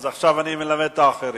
אז עכשיו אני מלמד את האחרים.